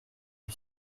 vue